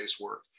work